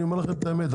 אני אומר לכם את האמת,